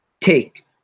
take